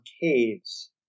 caves